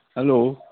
hello